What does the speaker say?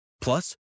Plus